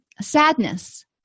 Sadness